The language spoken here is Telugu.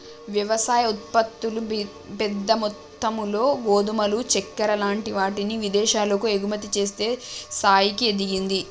వ్యవసాయ ఉత్పత్తులు పెద్ద మొత్తములో గోధుమలు చెక్కర లాంటి వాటిని విదేశాలకు ఎగుమతి చేసే స్థాయికి ఎదిగింది